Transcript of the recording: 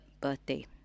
birthday